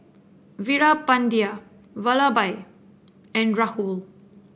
Veerapandiya Vallabhbhai and Rahul